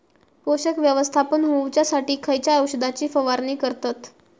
पोषक व्यवस्थापन होऊच्यासाठी खयच्या औषधाची फवारणी करतत?